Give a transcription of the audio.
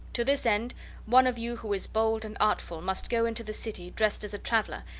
to this end one of you who is bold and artful must go into the city dressed as a traveler,